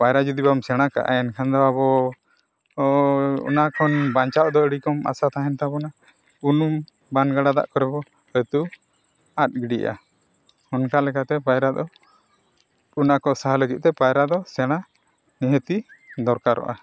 ᱯᱟᱭᱨᱟ ᱡᱩᱫᱤ ᱵᱟᱢ ᱥᱮᱬᱟ ᱠᱟᱜᱼᱟ ᱮᱱᱠᱷᱟᱱ ᱫᱚ ᱟᱵᱚ ᱚᱱᱟ ᱠᱷᱚᱱ ᱵᱟᱧᱪᱟᱣ ᱫᱚ ᱟᱹᱰᱤ ᱠᱚᱢ ᱟᱥᱟ ᱛᱟᱦᱮᱱ ᱛᱟᱵᱚᱱᱟ ᱩᱱᱩᱢ ᱵᱟᱱ ᱜᱟᱰᱟ ᱫᱟᱜ ᱠᱚᱨᱮ ᱵᱚᱱ ᱟᱹᱛᱩ ᱟᱫ ᱜᱤᱰᱤᱜᱼᱟ ᱚᱱᱠᱟ ᱞᱮᱠᱟᱛᱮ ᱯᱟᱭᱨᱟ ᱫᱚ ᱚᱱᱟ ᱠᱚ ᱥᱟᱦᱟ ᱞᱟᱹᱜᱤᱫᱛᱮ ᱯᱟᱭᱨᱟ ᱫᱚ ᱥᱮᱬᱟ ᱱᱤᱦᱟᱹᱛᱤ ᱫᱚᱨᱠᱟᱨᱚᱜᱼᱟ